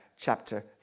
chapter